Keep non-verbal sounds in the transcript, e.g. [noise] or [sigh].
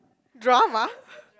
drama [noise]